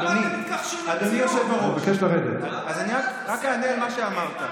אדוני היושב-ראש, אני רק אענה על מה שאמרת.